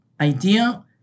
idea